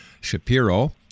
Shapiro